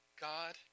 God